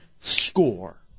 score